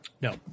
No